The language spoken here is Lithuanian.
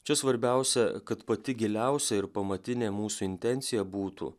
čia svarbiausia kad pati giliausia ir pamatinė mūsų intencija būtų